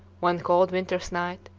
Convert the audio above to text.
one cold winter's night,